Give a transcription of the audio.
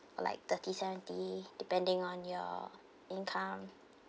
like thirty seventy depending on your income